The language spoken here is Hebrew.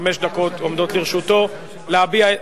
חמש דקות עומדות לרשותו להביע,